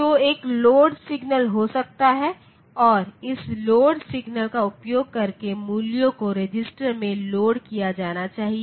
तो एक load signal हो सकता है और इस लोड सिग्नल का उपयोग करके मूल्यों को रजिस्टर में लोड किया जाना चाहिए